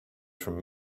from